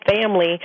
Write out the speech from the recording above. family